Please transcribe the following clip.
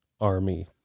army